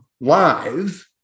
live